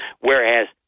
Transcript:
Whereas